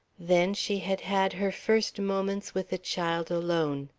then she had had her first moments with the child alone.